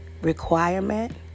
requirement